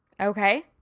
okay